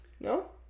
No